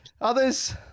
Others